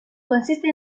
consiste